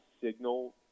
signal